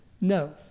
No